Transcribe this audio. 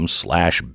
slash